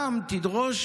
גם תדרוש,